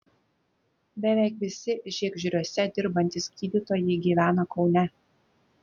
beveik visi žiegždriuose dirbantys gydytojai gyvena kaune